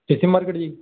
ਏ C market ਜੀ